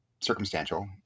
circumstantial